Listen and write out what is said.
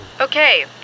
Okay